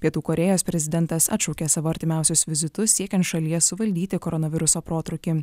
pietų korėjos prezidentas atšaukė savo artimiausius vizitus siekian šalyje suvaldyti koronaviruso protrūkį